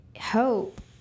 hope